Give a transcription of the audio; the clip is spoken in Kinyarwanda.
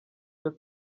cyo